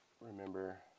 remember